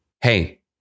hey